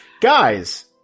Guys